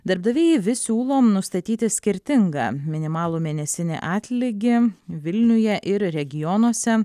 darbdaviai vis siūlo nustatyti skirtingą minimalų mėnesinį atlygį vilniuje ir regionuose